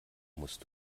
musst